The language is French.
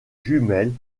jumelles